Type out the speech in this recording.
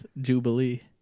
Jubilee